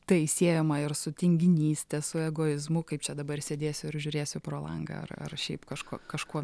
tai siejama ir su tinginyste su egoizmu kaip čia dabar sėdėsiu ir žiūrėsiu pro langą ar ar šiaip kažko kažko